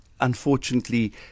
unfortunately